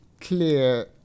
clear